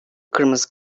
kırmızı